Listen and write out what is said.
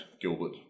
gilbert